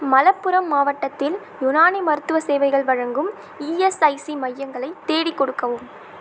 மலப்புரம் மாவட்டத்தில் யுனானி மருத்துவச் சேவைகள் வழங்கும் இஎஸ்ஐசி மையங்களை தேடிக் கொடுக்கவும்